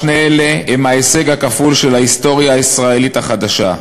שני אלה הם ההישג הכפול של ההיסטוריה הישראלית החדשה".